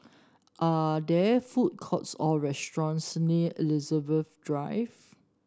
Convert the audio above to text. are there food courts or restaurants near Elizabeth Drive